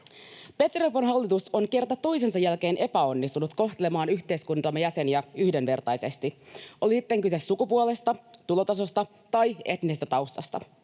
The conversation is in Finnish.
Orpon hallitus on kerta toisensa jälkeen epäonnistunut kohtelemaan yhteiskuntamme jäseniä yhdenvertaisesti, oli sitten kyse sukupuolesta, tulotasosta tai etnisestä taustasta.